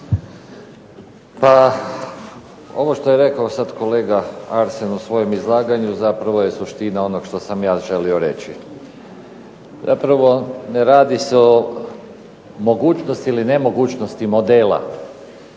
Pa ovo što je rekao sad kolega Arsen u svom izlaganju zapravo je suština onog što sam ja želio reći. Zapravo ne radi se o mogućnosti ili nemogućnosti modela